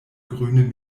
grüne